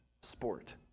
sport